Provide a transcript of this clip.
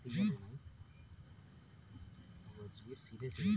bond से मिले वाला रिटर्न के यील्ड कहल जाला